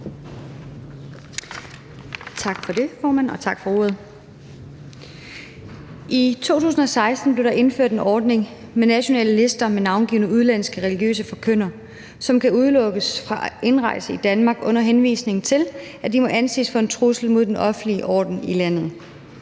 Tak for det, formand, og tak for ordet. I 2016 blev der indført en ordning med nationale lister med navngivne udenlandske religiøse forkyndere, som kan udelukkes fra at indrejse i Danmark, under henvisning til at de må anses for en trussel mod den offentlige orden i landet.